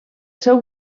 seu